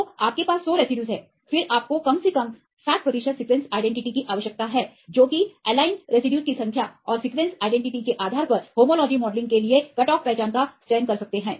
तो आपके पास सौ रेसिड्यूज हैं फिर आपको कम से कम 60 प्रतिशत सीक्वेंस आईडेंटिटी की आवश्यकता है जो कि एलाइन रेसिड्यूज की संख्या और सीक्वेंस आईडेंटिटी के आधार पर होमोलॉजी मॉडलिंग के लिए कट ऑफ पहचान का चयन कर सकते हैं